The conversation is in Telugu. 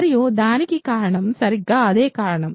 మరియు దానికి కారణం సరిగ్గా అదే కారణం